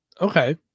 Okay